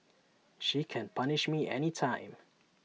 she can punish me anytime